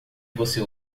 você